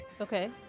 Okay